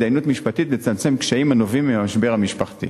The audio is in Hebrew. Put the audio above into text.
לצמצם קשיים הנובעים מהמשבר המשפחתי.